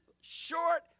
short